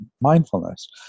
mindfulness